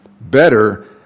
better